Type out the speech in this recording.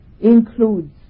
includes